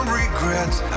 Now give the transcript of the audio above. regrets